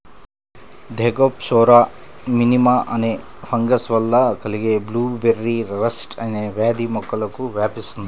Thekopsora minima అనే fungus వల్ల కలిగే బ్లూబెర్రీ రస్ట్ అనే వ్యాధి మొక్కలకు వ్యాపిస్తుంది